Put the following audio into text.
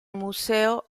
museo